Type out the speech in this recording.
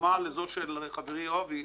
דומה לזאת של חברי יואב קיש.